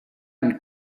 une